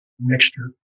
mixture